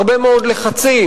הרבה מאוד לחצים,